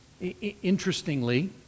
Interestingly